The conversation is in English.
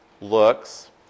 looks